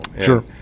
Sure